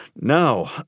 No